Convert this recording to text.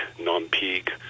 non-peak